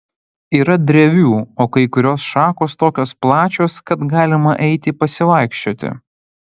yra drevių o kai kurios šakos tokios plačios kad galima eiti pasivaikščioti